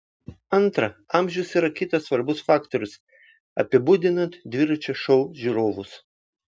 antra amžius yra kitas svarbus faktorius apibūdinant dviračio šou žiūrovus